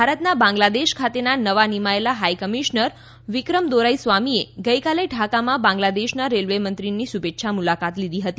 ભારતના બાંગ્લાદેશ ખાતેના નવા નિમાયેલા હાઈકમિશ્નર વિક્રમ દોરાઈસ્વામીએ ગઈકાલે ઢાકામાં બાંગ્લાદેશના રેલ્વેમંત્રીની શુભેચ્છા મુલાકાત લીધી હતી